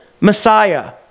Messiah